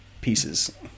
pieces